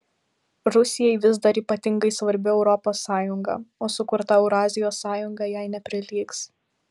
rusijai vis dar ypatingai svarbi europos sąjunga o sukurta eurazijos sąjunga jai neprilygs